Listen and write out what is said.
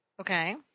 okay